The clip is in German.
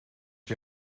die